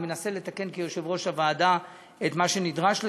אני מנסה לתקן כיושב-ראש הוועדה את מה שנדרש לתקן.